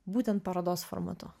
būtent parodos formatu